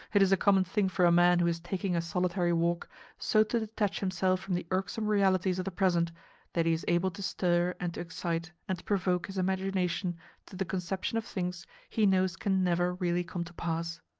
it is a common thing for a man who is taking a solitary walk so to detach himself from the irksome realities of the present that he is able to stir and to excite and to provoke his imagination to the conception of things he knows can never really come to pass!